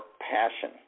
passion